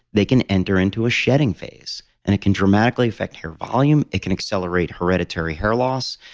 they can enter into a shedding phase and it can dramatically affect hair volume. it can accelerate hereditary hair loss.